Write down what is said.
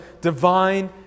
divine